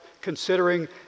considering